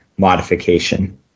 modification